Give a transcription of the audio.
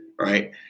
right